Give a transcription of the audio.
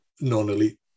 non-elite